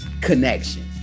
connection